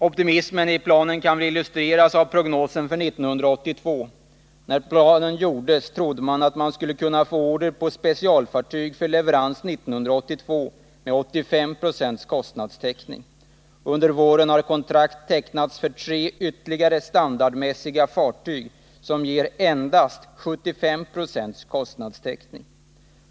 Optimismen i planen kan illustreras av prognosen för 1982. När planen gjordes trodde varvet att det skulle kunna få order på specialfartyg för leverans 1982 med minst 85 70 kostnadstäckning. Under våren har kontrakt tecknats för tre ytterligt standardmässiga fartyg som ger endast 75 94o kostnadstäckning.